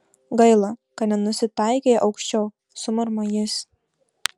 gaila kad nenusitaikei aukščiau sumurma jis